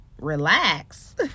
Relax